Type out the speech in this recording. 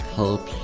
help